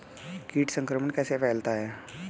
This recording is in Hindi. कीट संक्रमण कैसे फैलता है?